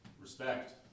Respect